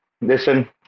Listen